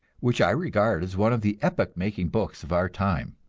which i regard as one of the epoch-making books of our time.